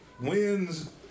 wins